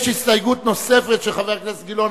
יש הסתייגות נוספת של חבר הכנסת גילאון,